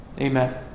Amen